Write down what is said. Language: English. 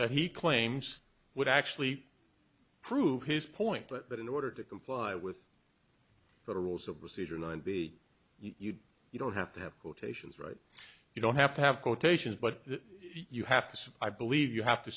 that he claims would actually prove his point but that in order to comply with the rules of procedure nine b you you don't have to have quotations right you don't have to have quotations but you have to say i believe you have to